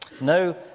no